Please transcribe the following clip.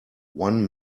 one